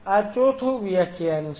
તેથી આ ચોથું વ્યાખ્યાન છે